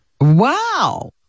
Wow